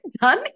done